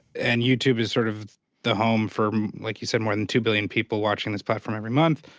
and youtube is sort of the home for, like you said, more than two billion people watching this platform every month.